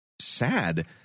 sad